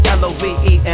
love